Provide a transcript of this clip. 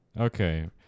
Okay